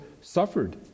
suffered